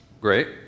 Great